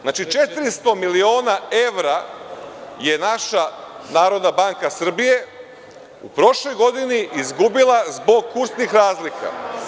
Znači, 400 miliona evra je naša NBS u prošloj godini izgubila zbog kursnih razlika.